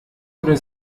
oder